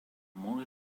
more